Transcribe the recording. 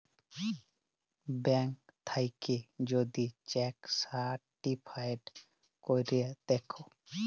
bank থ্যাইকে যদি cheque certified ক্যইরে দ্যায়